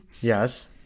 Yes